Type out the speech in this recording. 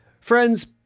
Friends